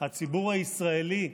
הציבור הישראלי,